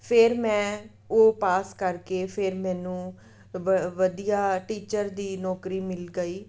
ਫਿਰ ਮੈਂ ਉਹ ਪਾਸ ਕਰਕੇ ਫਿਰ ਮੈਨੂੰ ਵ ਵਧੀਆ ਟੀਚਰ ਦੀ ਨੌਕਰੀ ਮਿਲ ਗਈ